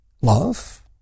love